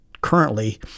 currently